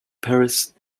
paris